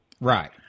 Right